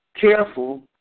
careful